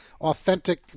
authentic